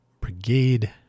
brigade